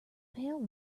pail